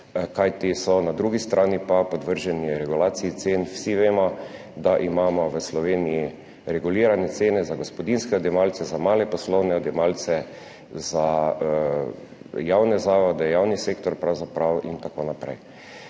kajti na drugi strani so podvrženi regulaciji cen. Vsi vemo, da imamo v Sloveniji regulirane cene za gospodinjske odjemalce, za male poslovne odjemalce, za javne zavode, javni sektor pravzaprav in tako naprej.